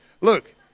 Look